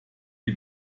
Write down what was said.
die